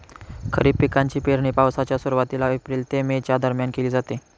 खरीप पिकांची पेरणी पावसाच्या सुरुवातीला एप्रिल ते मे च्या दरम्यान केली जाते